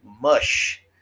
mush